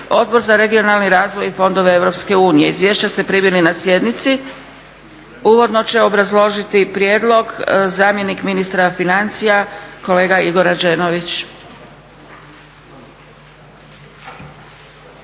Odbor za regionalni razvoj i fondove EU. Izvješća ste primili na sjednici. Uvodno će obrazložiti prijedlog zamjenik ministra financija kolega Igor Rađenović.